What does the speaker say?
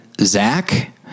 Zach